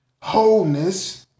wholeness